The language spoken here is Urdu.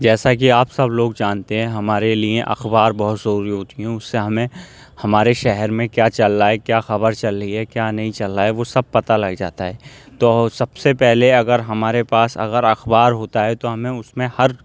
جیسا کہ آپ سب لوگ جانتے ہیں ہمارے لیے اخبار بہت ضروری ہوتی ہیں اس سے ہمیں ہمارے شہر میں کیا چل رہا ہے کیا خبر چل رہی ہے کیا نہیں چل رہا ہے وہ سب پتہ لگ جاتا ہے تو سب سے پہلے اگر ہمارے پاس اگر اخبار ہوتا ہے تو ہمیں اس میں ہر